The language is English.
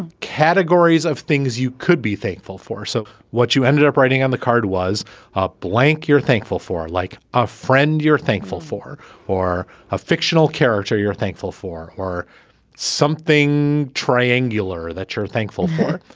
ah categories of things you could be thankful for. so what you ended up writing on the card was blank. you're thankful for like a friend you're thankful for or a fictional character you're thankful for or something triangular that you're thankful for.